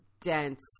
dense